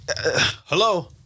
Hello